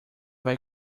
vai